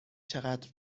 چقدر